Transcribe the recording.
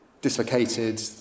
dislocated